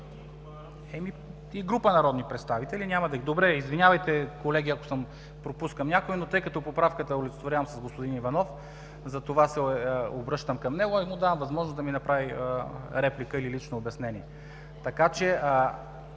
Ами, група народни представители, извинявайте, колеги, ако пропускам някои. Тъй като поправката я олицетворявам с господин Иванов, за това се обръщам към него, но му давам възможност да ми направи реплика или лично обяснение. Ако ние